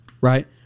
Right